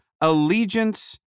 allegiance